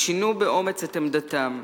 ושינו באומץ את עמדתם.